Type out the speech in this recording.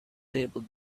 table